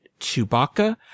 Chewbacca